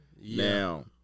Now